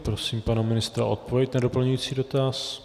Prosím pana ministra o odpověď na doplňující dotaz.